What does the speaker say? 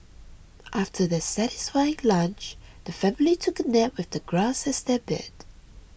after their satisfying lunch the family took a nap with the grass as their bed